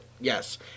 Yes